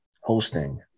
hosting